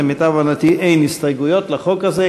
למיטב הבנתי אין הסתייגויות לחוק הזה,